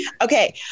Okay